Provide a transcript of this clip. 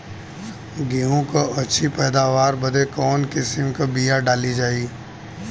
गेहूँ क अच्छी पैदावार बदे कवन किसीम क बिया डाली जाये?